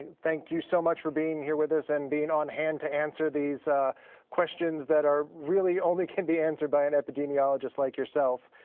thank you so much for being here with us and being on hand to answer these questions that are really only can be answered by an epidemiologist like yourself.